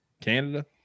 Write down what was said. Canada